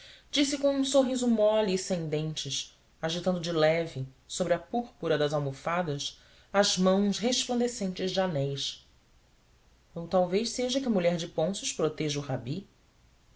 disse com um sorriso mole e sem dentes agitando de leve sobre a púrpura das almofadas as mãos resplandecentes de anéis ou talvez seja que a mulher de pôncio proteja o rabi